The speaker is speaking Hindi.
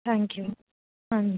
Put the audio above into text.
थैंक यू हांजी